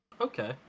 okay